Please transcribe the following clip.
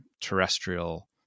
terrestrial